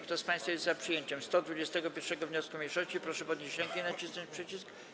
Kto z państwa jest za przyjęciem 131. wniosku mniejszości, proszę podnieść rękę i nacisnąć przycisk.